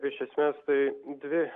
iš esmės tai dvi